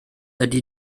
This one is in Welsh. ydy